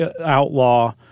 outlaw